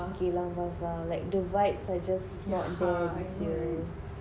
geylang bazaar like the vibes are just not there this year